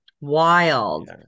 Wild